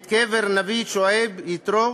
את קבר נבי שועייב, יתרו,